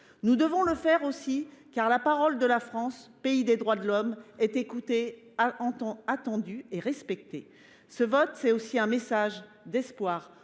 Nous devons le faire aussi, car la parole de la France, pays des droits de l’homme, est écoutée, attendue et respectée. Ce vote, c’est aussi un message d’espoir